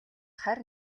харь